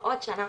הפרעות שינה,